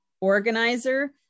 organizer